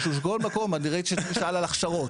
משום שבכל מקום --- שאל על הכשרות.